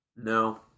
No